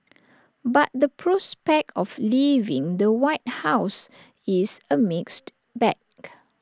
but the prospect of leaving the white house is A mixed bag